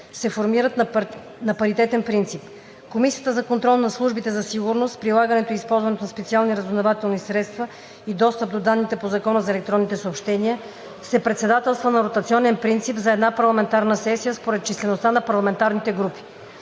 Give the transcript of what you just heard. се формират на паритетен принцип. Комисията за контрол над службите за сигурност, прилагането и използването на специалните разузнавателни средства и достъпа до данните по Закона за електронните съобщения се председателства на ротационен принцип за една парламентарна сесия според числеността на парламентарните групи.